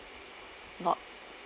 not